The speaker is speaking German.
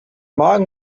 magen